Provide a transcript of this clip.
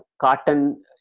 cotton